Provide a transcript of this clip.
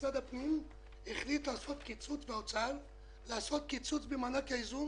משרד הפנים החליט לעשות קיצוץ במענק האיזון